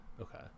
Okay